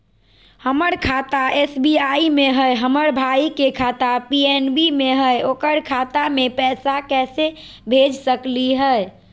हमर खाता एस.बी.आई में हई, हमर भाई के खाता पी.एन.बी में हई, ओकर खाता में पैसा कैसे भेज सकली हई?